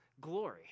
glory